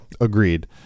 agreed